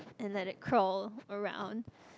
and let it crawl around